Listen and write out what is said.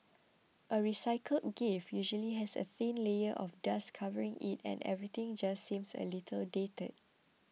a recycled gift usually has a thin layer of dust covering it and everything just seems a little dated